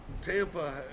Tampa